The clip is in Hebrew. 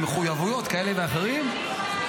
עם מחויבויות כאלה ואחרות,